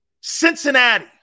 Cincinnati